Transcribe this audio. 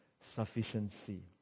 sufficiency